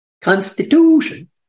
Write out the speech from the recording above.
Constitution